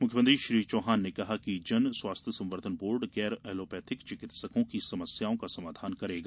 मुख्यमंत्री श्री चौहान ने कहा कि जन स्वास्थ्य संवर्धन बोर्ड गैर ऐलोपैथिक चिकित्सकों की समस्याओं का समाधान करेगा